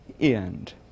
end